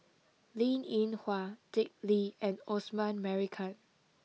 Linn In Hua Dick Lee and Osman Merican